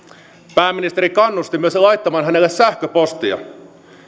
pääministeri kannusti myös laittamaan hänelle sähköpostia